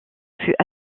fut